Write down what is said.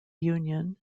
union